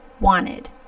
wanted